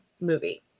movie